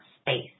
space